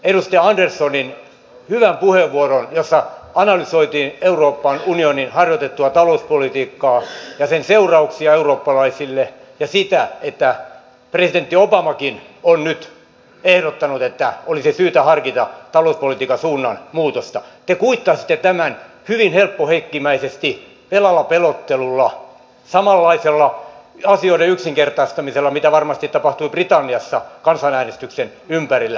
edustaja anderssonin hyvän puheenvuoron jossa analysoitiin euroopan unionin harjoittamaa talouspolitiikkaa ja sen seurauksia eurooppalaisille ja sitä että presidentti obamakin on nyt ehdottanut että olisi syytä harkita talouspolitiikan suunnanmuutosta te kuittasitte hyvin helppoheikkimäisesti velalla pelottelulla samanlaisella asioiden yksinkertaistamisella mitä varmasti tapahtui britanniassa kansanäänestyksen ympärillä